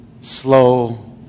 slow